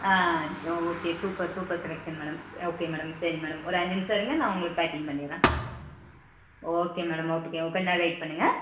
ஆ okay super super selection madam okay madam சரி madam ஒரு அஞ்சு நிமிஷம் இருங்க நான் உங்களுக்கு பேக்கிங் பண்ணிடுறேன் ஓகே மேடம் ஓகே கொஞ்ச நேரம் வெய்ட் பண்ணுங்க